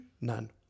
None